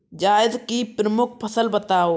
जायद की प्रमुख फसल बताओ